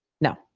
No